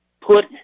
put